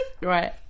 Right